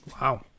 Wow